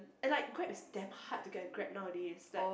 and like Grab is damn hard to get a Grab nowadays like